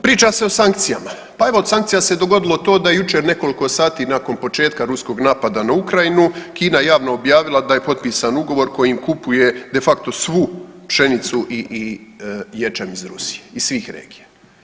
Priča se o sankcijama, pa evo od sankcija se dogodilo to da je jučer nekoliko sati nakon početka Ruskog napada na Ukrajinu Kina je javno objavila da je potpisan ugovor kojim kupuje de facto svu pšenicu i ječam iz Rusije, iz svih regija.